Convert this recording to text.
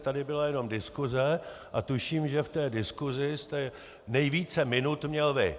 Tady byla jenom diskuse a tuším, že v té diskusi jste nejvíce minut měl vy.